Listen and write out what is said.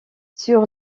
sur